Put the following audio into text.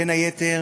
בין היתר